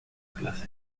clase